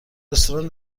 رستوران